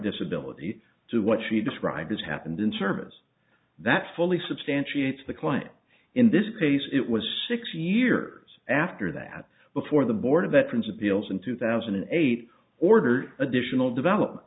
disability to what she described as happened in service that's fully substantiates the client in this case it was six years after that before the board of veterans appeals in two thousand and eight ordered additional develop